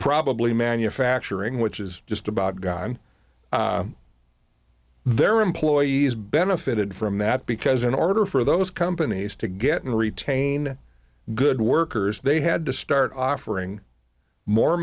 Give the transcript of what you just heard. probably manufacturing which is just about done their employees benefited from that because in order for those companies to get and retain good workers they had to start offering more